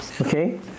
Okay